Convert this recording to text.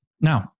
Now